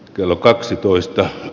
kello kaksitoista